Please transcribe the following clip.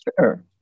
Sure